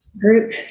group